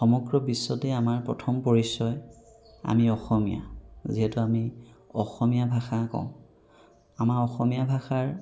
সমগ্ৰ বিশ্বতে আমাৰ প্ৰথম পৰিচয় আমি অসমীয়া যিহেতু আমি অসমীয়া ভাষা কওঁ আমাৰ অসমীয়া ভাষাৰ